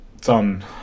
done